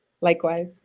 Likewise